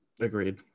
Agreed